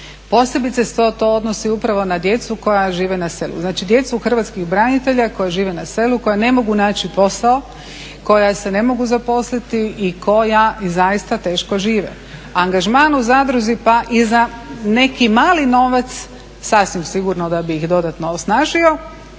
Posebice se to odnosi upravo na djecu koja žive na selu. Znači djecu hrvatskih branitelja koja žive na selu, koja ne mogu naći posao, koja se ne mogu zaposliti i koja i zaista teško žive. Angažman u zadruzi pa i za neki mali novac sasvim sigurno da bi ih dodatno osnažio,